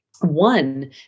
one